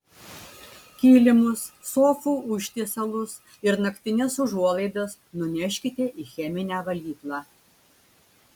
kilimus sofų užtiesalus ir naktines užuolaidas nuneškite į cheminę valyklą